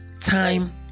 time